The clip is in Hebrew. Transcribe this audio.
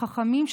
החכמים,